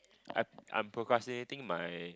I'm I'm procrastinating my